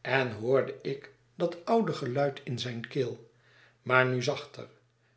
en hoorde ik dat oude geluid in zijne keel maar nu zachter